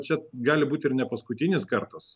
čia gali būti ir ne paskutinis kartas